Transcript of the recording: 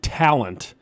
talent